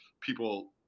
people